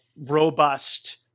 robust